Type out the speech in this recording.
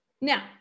Now